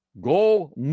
Go